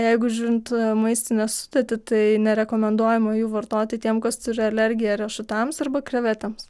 jeigu žiūrint maistinę sudėtį tai nerekomenduojama jų vartoti tiem kas turi alergiją riešutams arba krevetėms